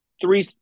three